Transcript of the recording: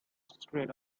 straight